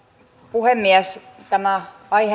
puhemies tämä aihe